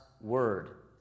Word